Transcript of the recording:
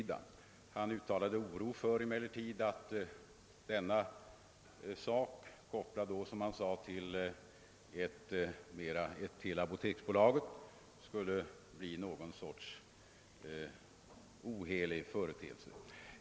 Herr Wedén uttalade emellertid oro för att denna sak — kopplad då, som han sade, till apoteksbolaget — skulle bli någon sorts ohelig företeelse.